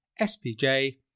SPJ